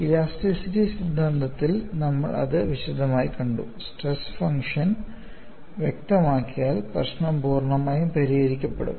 elasticity സിദ്ധാന്തത്തിൽ നമ്മൾ അത് വിശദമായി കണ്ടു സ്ട്രെസ് ഫംഗ്ഷൻ വ്യക്തമാക്കിയാൽ പ്രശ്നം പൂർണ്ണമായും പരിഹരിക്കപ്പെടും